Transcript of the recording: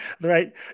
Right